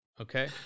Okay